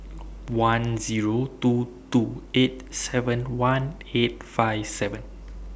one Zero two two eight seven one eight five seven